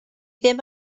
ddim